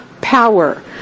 power